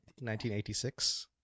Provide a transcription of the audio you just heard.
1986